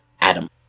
Adam